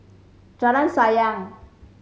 Jalan Sayang